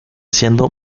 siendo